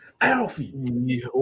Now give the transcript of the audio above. Alfie